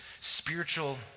spiritual